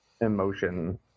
emotion